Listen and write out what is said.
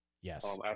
Yes